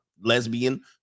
lesbian